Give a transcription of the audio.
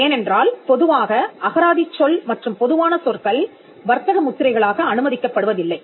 ஏனென்றால் பொதுவாக அகராதிச் சொல் மற்றும் பொதுவான சொற்கள் வர்த்தக முத்திரைகளாக அனுமதிக்கப்படுவதில்லை